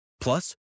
Plus